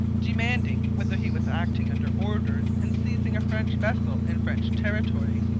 demanding whether he was acting under orders in seizing a french vessel in french territory.